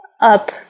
up